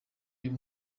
uyu